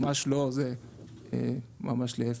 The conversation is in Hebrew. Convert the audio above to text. ממש לא, ממש להפך.